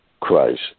Christ